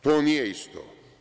To nije isto.